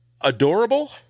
adorable